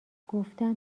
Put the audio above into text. گفتم